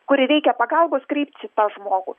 kur reikia pagalbos kreiptis į tą žmogų